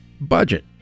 budget